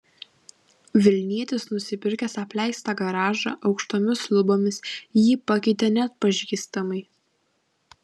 vilnietis nusipirkęs apleistą garažą aukštomis lubomis jį pakeitė neatpažįstamai